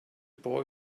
boy